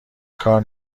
کار